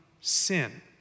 sin